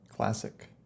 classic